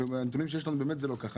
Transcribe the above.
ומהנתונים שיש לנו באמת זה לא כך.